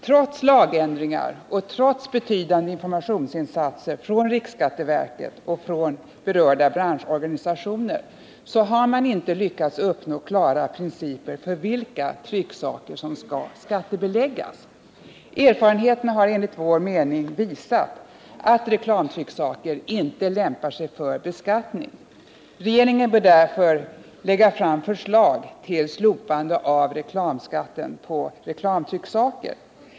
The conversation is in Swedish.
Trots lagändringar och trots betydande informationsinsatser från riksskatteverket och berörda branschorganisationer har man inte lyckats få fram klara principer för vilka trycksaker som skall skattebeläggas. Erfarenheterna har enligt vår uppfattning visat att reklamtrycksaker inte lämpar sig för beskattning. Regeringen bör därför lägga fram förslag om slopande av reklamskatten på reklamtrycksaker.